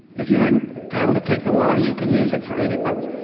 if you're entitled to take the water, you can use it for any purpose.